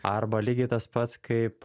arba lygiai tas pats kaip